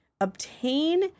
obtain